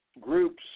groups